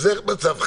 זה מצב חירום.